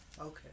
Okay